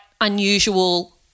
unusual